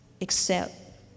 accept